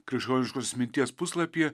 krikščioniškosios minties puslapyje